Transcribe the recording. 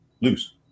lose